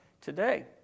today